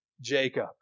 Jacob